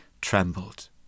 trembled